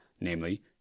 namely